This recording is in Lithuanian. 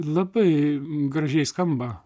labai gražiai skamba